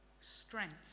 strength